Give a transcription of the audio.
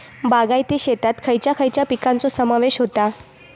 बागायती शेतात खयच्या खयच्या पिकांचो समावेश होता?